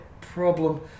problem